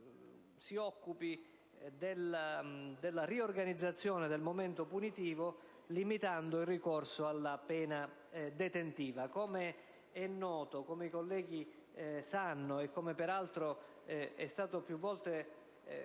si occupi della riorganizzazione del momento punitivo limitando il ricorso alla pena detentiva. Come è noto e come peraltro è stato più volte